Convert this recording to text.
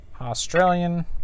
Australian